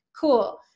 cool